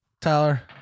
Tyler